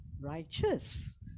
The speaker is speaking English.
righteous